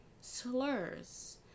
slurs